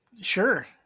sure